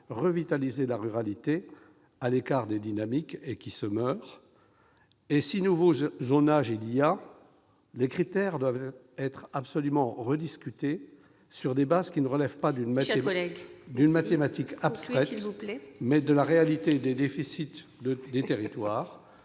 revitaliser la ruralité à l'écart des dynamiques et qui se meurt. Si nouveau zonage il y a, les critères doivent être absolument rediscutés sur des bases qui relèvent non pas d'une mathématique abstraite, mais de la réalité des déficits des territoires.